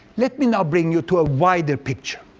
let me now bring you to a wider picture,